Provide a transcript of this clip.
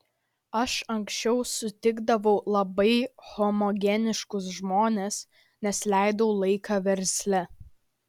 aš anksčiau sutikdavau labai homogeniškus žmones nes leidau laiką versle